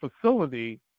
facility